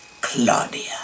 Claudia